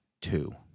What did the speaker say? two